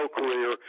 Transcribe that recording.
career